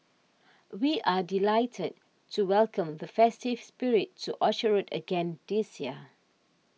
we are delighted to welcome the festive spirit to Orchard Road again this year